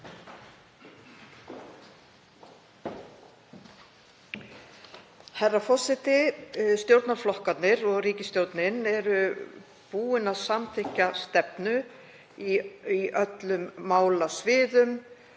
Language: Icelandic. Herra forseti. Stjórnarflokkarnir og ríkisstjórnin eru búin að samþykkja stefnu í öllum málasviðum